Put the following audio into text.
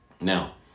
Now